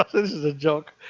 ah this is a joke,